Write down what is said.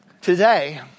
Today